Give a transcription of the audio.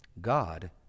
God